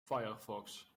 firefox